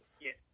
Yes